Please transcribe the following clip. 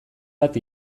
bat